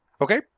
Okay